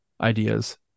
ideas